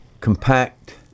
compact